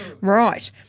right